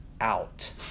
out